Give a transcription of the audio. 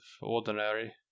ordinary